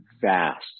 vast